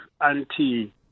anti